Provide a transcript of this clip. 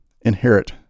inherit